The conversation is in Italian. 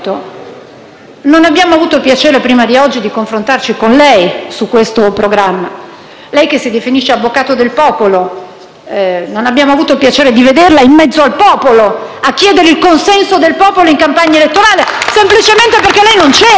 non abbiamo avuto il piacere, prima di oggi, di confrontarci con lei su questo programma, lei che si definisce avvocato del popolo. Non abbiamo avuto il piacere di vederla in mezzo al popolo a chiedere il consenso del popolo in campagna elettorale semplicemente perché lei non c'era.